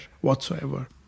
whatsoever